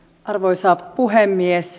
arvoisa puhemies